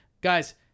guys